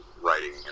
writing